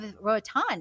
Rotan